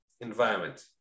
environment